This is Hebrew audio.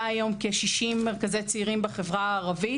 היום כשישים מרכזי צעירים בחברה הערבית.